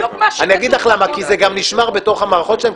אגיד לך למה, כי זה גם נשמר בתוך המערכות שלהם.